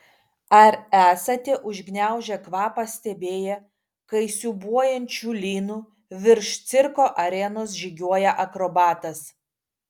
ar esate užgniaužę kvapą stebėję kai siūbuojančiu lynu virš cirko arenos žygiuoja akrobatas